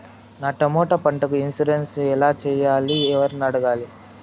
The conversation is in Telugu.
నా టమోటా పంటకు ఇన్సూరెన్సు ఎలా చెయ్యాలి? ఎవర్ని అడగాలి?